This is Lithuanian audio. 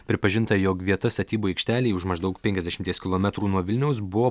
pripažinta jog vieta statybų aikštelėj už maždaug penkiasdešimties kilometrų nuo vilniaus buvo